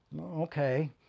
Okay